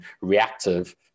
reactive